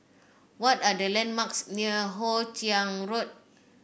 what are the landmarks near Hoe Chiang Road